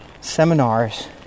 seminars